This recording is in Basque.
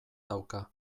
dauka